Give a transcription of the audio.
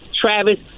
Travis